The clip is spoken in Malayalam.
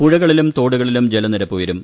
പുഴകളിലും തോടുകളിലും ജലനിരപ്പ് ഉയരും